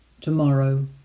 tomorrow